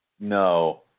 No